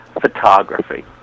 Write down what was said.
photography